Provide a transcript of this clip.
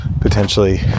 potentially